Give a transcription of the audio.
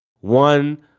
One